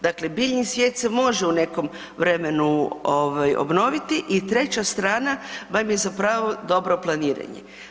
Dakle biljni svijet se može u nekom vremenu obnoviti i treća strana vam je zapravo dobro planiranje.